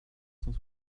cent